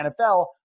NFL